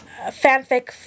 fanfic